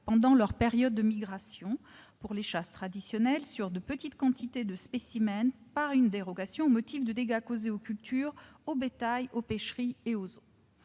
pendant leur période de migration pour les chasses traditionnelles prélevant de petites quantités de spécimens, au motif de dégâts causés aux cultures, au bétail, aux pêcheries et aux eaux.